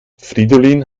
fridolin